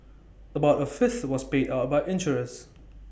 about A fifth was paid out by insurers